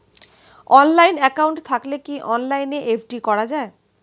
Online account থাকলে কি অনলাইনে এফ.ডি করা যায়?